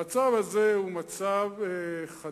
המצב הזה הוא מצב חדש,